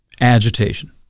agitation